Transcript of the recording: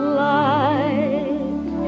light